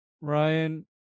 Ryan